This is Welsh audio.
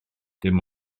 dim